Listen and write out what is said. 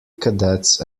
cadets